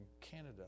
Canada